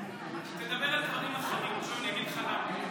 תדבר על דברים אחרים, אני אגיד לך למה.